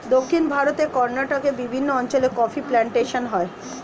দক্ষিণ ভারতে কর্ণাটকের বিভিন্ন অঞ্চলে কফি প্লান্টেশন হয়